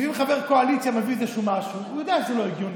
לפעמים חבר קואליציה מביא איזשהו משהו והוא יודע שזה לא הגיוני,